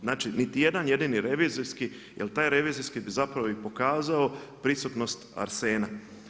Znači niti jedan jedini revizijski, jer taj revizijski bi zapravo i pokazao prisutnost arsena.